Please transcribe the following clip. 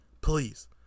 please